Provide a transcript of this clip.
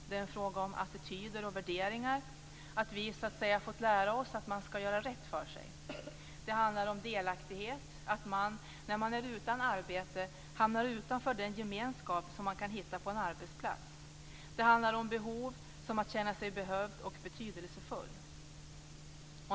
Det är en fråga om attityder och värderingar, att vi så att säga har fått lära oss att man ska göra rätt för sig. Det handlar om delaktighet och om att man när man är utan arbete hamnar utanför den gemenskap som man kan hitta på en arbetsplats. Det handlar om behov, att känna sig behövd och betydelsefull.